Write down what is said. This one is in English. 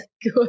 good